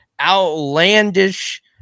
outlandish